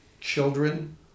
children